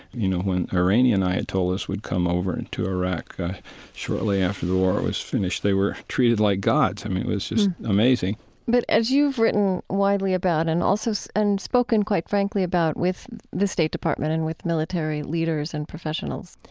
you know, when iranian ayatollahs would come over and to iraq shortly after the war was finished, they were treated like gods. i mean, it was just amazing but as you've written widely about and also so and spoken quite frankly about with the state department and with military leaders and professionals,